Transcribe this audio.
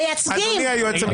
מייצגים,